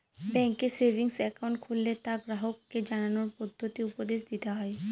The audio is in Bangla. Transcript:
ব্যাঙ্কে সেভিংস একাউন্ট খুললে তা গ্রাহককে জানানোর পদ্ধতি উপদেশ দিতে হয়